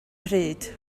pryd